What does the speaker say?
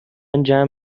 جمع